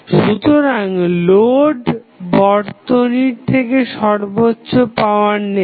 সুতরাং লোড বর্তনী থেকে সর্বোচ্চ পাওয়ার নেবে